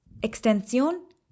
extensión